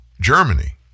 Germany